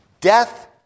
Death